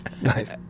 Nice